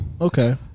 Okay